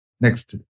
Next